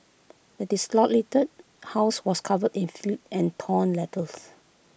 the house was covered in filth and torn letters